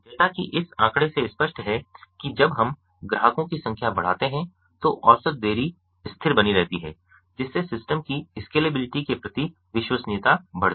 जैसा कि इस आंकड़े से स्पष्ट है कि जब हम ग्राहकों की संख्या बढ़ाते हैं तो औसत देरी स्थिर बनी रहती है जिससे सिस्टम की स्केलेबिलिटी के प्रति विश्वसनीयता बढ़ती है